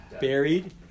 buried